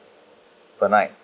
per night